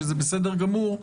שזה בסדר גמור,